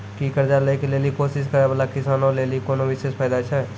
कि कर्जा लै के लेली कोशिश करै बाला किसानो लेली कोनो विशेष फायदा छै?